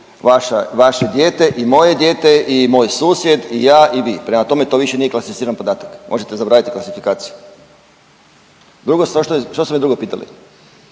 vaše dijete i moje dijete i moj susjed i ja i vi, prema tome, to više klasificirani podatak. Možete zaboraviti klasifikaciju. Druga stvar, što ste me drugo pitali?